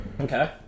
Okay